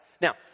Now